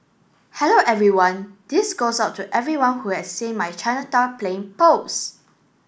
hello everyone this goes out to everyone who has seen my Chinatown plane post